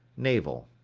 navel.